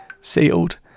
sealed